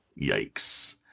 Yikes